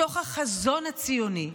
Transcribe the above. מתוך החזון הציוני,